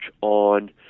on